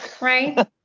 right